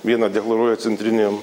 vieną deklaruoja centriniam